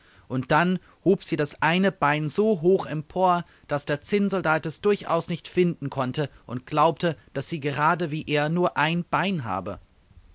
und dann hob sie das eine bein so hoch empor daß der zinnsoldat es durchaus nicht finden konnte und glaubte daß sie gerade wie er nur ein bein habe